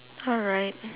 alright